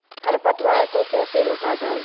खरपतवार को कैसे रोका जाए?